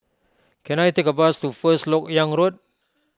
can I take a bus to First Lok Yang Road